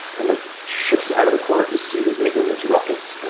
kind of shifts out of the corner to see who's making this ruckus,